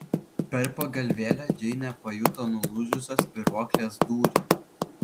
per pagalvėlę džeinė pajuto nulūžusios spyruoklės dūrį